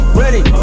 ready